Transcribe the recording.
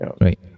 Right